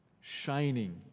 shining